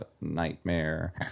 nightmare